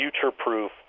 future-proof